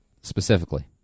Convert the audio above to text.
specifically